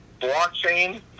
blockchain